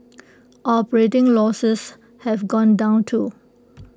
operating losses have gone down too